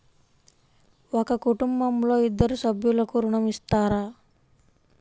ఒక కుటుంబంలో ఇద్దరు సభ్యులకు ఋణం ఇస్తారా?